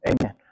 Amen